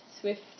Swift